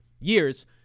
years